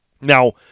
Now